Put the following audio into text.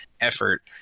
effort